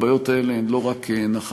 הבעיות האלה הן לא רק נחלתנו.